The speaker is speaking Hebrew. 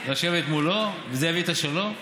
לשבת מולו אם זה יביא את השלום,